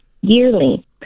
yearly